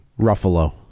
Ruffalo